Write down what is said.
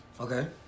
okay